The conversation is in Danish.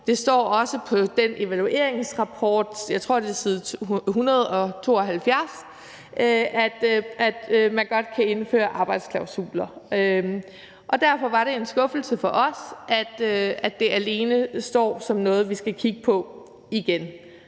Der står også i den evalueringsrapport – jeg tror, det er på side 172 – at man godt kan indføre arbejdsklausuler, og derfor var det en skuffelse for os, at det alene står som noget, vi skal kigge på igen.